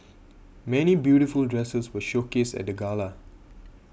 many beautiful dresses were showcased at the gala